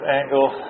angle